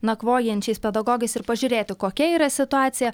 nakvojančiais pedagogais ir pažiūrėti kokia yra situacija